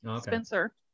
Spencer